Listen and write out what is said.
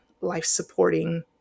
life-supporting